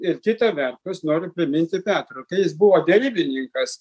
ir kita vertus noriu priminti petrui kai jis buvo derybininkas